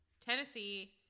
Tennessee